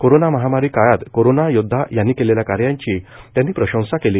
corona महामारी काळात corona योद्वा यांनी केलेल्या कार्याची त्यांनी प्रशंसा केली